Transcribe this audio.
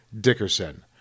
Dickerson